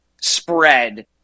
spread